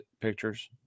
pictures